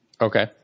Okay